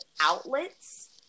outlets